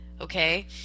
okay